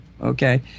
okay